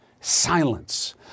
Silence